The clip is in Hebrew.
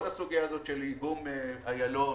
כל הסוגיה הזאת של איגום איילון,